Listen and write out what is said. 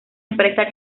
empresa